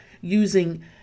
using